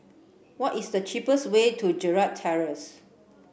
what is the cheapest way to Gerald Terrace